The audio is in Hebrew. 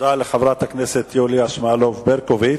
תודה לחברת הכנסת יוליה שמאלוב-ברקוביץ.